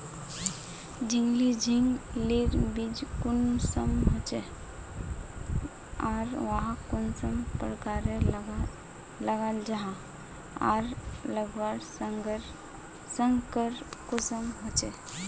झिंगली झिंग लिर बीज कुंसम होचे आर वाहक कुंसम प्रकारेर लगा जाहा आर लगवार संगकर कुंसम होचे?